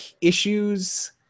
issues